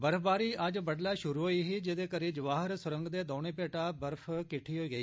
बर्फबारी अज्ज बड्डलै शुरु होई ही जेदे करी जवाहर सुरंग दे दौनें पैठा बर्फ किट्ठी होई गेई